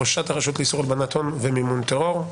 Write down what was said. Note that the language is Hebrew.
ראשת הרשות לאיסור הלבנת הון ומימון טרור,